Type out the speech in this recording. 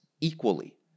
equally